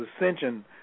ascension